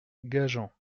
gajan